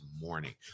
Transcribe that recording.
morning